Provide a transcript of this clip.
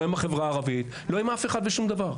לא עם החברה הערבית לא עם אף אחד ושום דבר.